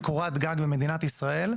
וקורת גג במדינת ישראל,